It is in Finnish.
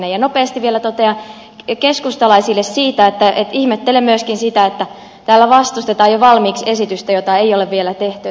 nopeasti vielä totean keskustalaisille siitä että ihmettelen myöskin sitä että täällä vastustetaan jo valmiiksi esitystä jota ei ole vielä tehty